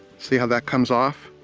see how that comes off?